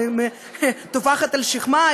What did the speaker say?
טופחת על שכמה,